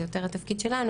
זה יותר התפקיד שלנו,